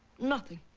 nothing.